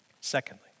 Secondly